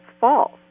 false